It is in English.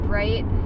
right